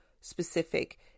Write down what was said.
specific